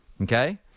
Okay